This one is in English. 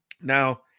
Now